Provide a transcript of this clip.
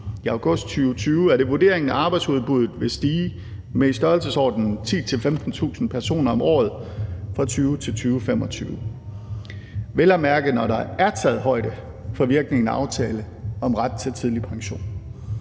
i august 2020, er det vurderingen, at arbejdsudbuddet vil stige med i størrelsesordenen 10.000-15.000 personer om året fra 2020 til 2025, vel at mærke når der er taget højde for virkningerne af aftalen om ret til tidlig pension.